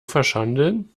verschandeln